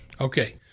Okay